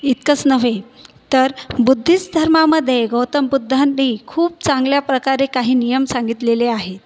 इतकंच नव्हे तर बुद्धिस्त धर्मामध्ये गौतम बुद्धांनी खूप चांगल्या प्रकारे काही नियम सांगितलेले आहेत